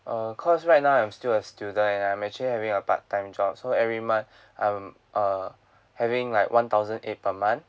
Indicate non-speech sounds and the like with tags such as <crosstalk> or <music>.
err because right now I'm still a student and I'm actually having a part time job so every month <breath> I'm uh having like one thousand eight per month